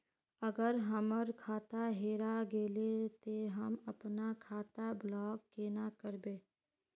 अगर हमर खाता हेरा गेले ते हम अपन खाता ब्लॉक केना करबे?